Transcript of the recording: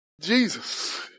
Jesus